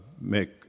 make